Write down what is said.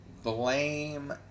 Blame